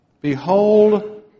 Behold